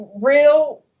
real